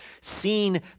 seen